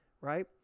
right